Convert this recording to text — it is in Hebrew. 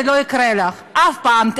זה לא יקרה אף פעם,